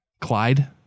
Clyde